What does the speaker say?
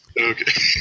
Okay